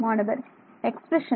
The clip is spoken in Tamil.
மாணவர் எக்ஸ்பிரஷன்